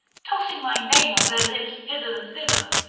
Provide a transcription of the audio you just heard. tossing my name on their lips hither and thither,